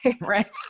Right